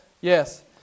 Yes